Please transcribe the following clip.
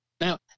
Now